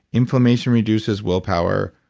inflammation reduces willpower.